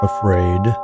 Afraid